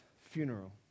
funeral